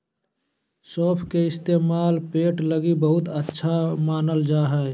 सौंफ के इस्तेमाल पेट लगी बहुते अच्छा मानल जा हय